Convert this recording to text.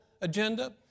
agenda